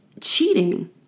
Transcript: cheating